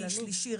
שלישי,